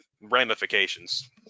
ramifications